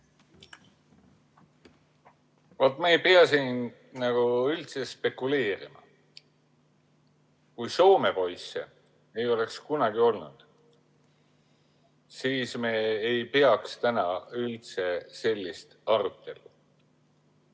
ei pea siin üldse spekuleerima. Kui soomepoisse ei oleks kunagi olnud, siis me ei peaks täna üldse sellist arutelu.